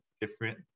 different